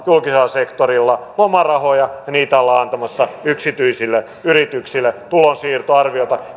julkisella sektorilla lomarahoja ja niitä ollaan antamassa yksityisille yrityksille tulonsiirto arviolta